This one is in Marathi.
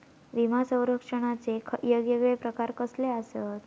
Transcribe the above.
विमा सौरक्षणाचे येगयेगळे प्रकार कसले आसत?